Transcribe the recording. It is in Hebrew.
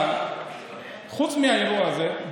אבל חוץ מהאירוע הזה,